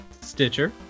Stitcher